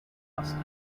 musty